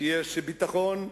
כשיש ביטחון,